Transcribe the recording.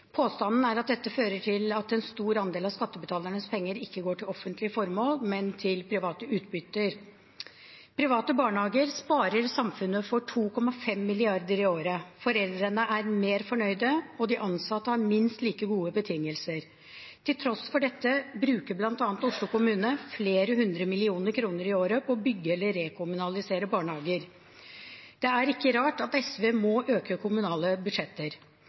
Påstanden er at dette fører til at en stor andel av skattebetalernes penger ikke går til offentlige formål, men til privat utbytte. Private barnehager sparer samfunnet for 2,5 mrd. kr i året. Foreldrene er mer fornøyde, og de ansatte har minst like gode betingelser. Til tross for dette bruker bl.a. Oslo kommune flere hundre millioner kroner i året på å bygge eller rekommunalisere barnehager. Det er ikke rart at SV må øke kommunale budsjetter.